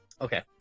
Okay